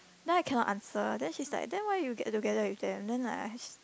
now I cannot answer then she's like then why you get together with them then I